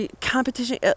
competition